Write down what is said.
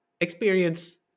experience